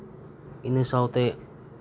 ᱤᱱᱟᱹ ᱥᱟᱶᱛᱮ